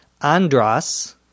Andras